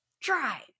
try